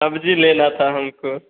सब्जी लेना था हमको